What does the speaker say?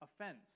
Offense